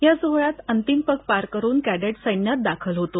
या सोहळ्यात अन्तिम पग पार करून कॅडेट सैन्यात दाखल होतो